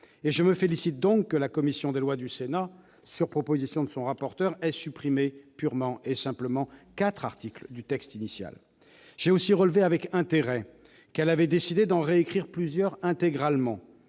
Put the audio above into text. Je me félicite donc du fait que la commission des lois du Sénat, sur proposition de son rapporteur, ait supprimé purement et simplement quatre articles du texte initial. Je relève aussi avec intérêt qu'elle a décidé d'en réécrire plusieurs autres, intégralement.